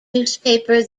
newspaper